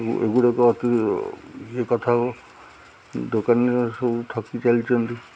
ଏଗୁଡ଼ାକ ଅତି ଇୟେ କଥା ଦୋକାନୀରେ ସବୁ ଠକି ଚାଲିଛନ୍ତି